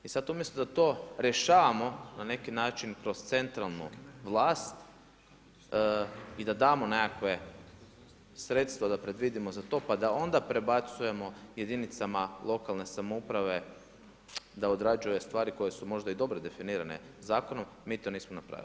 I sada umjesto da to rješavamo na neki način kroz centralnu vlast i da damo nekakva sredstva da predvidimo za to, pa da onda prebacujemo jedinicama lokalne samouprave da odrađuju stvari koje su možda i dobro definirane zakonom mi to nismo napravili.